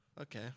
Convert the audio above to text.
okay